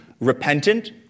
repentant